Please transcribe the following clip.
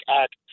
act